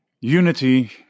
unity